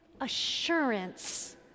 assurance